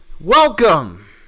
Welcome